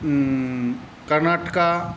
Karnataka